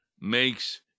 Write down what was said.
makes